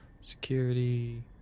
Security